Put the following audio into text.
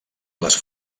les